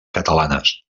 catalanes